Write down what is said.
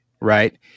right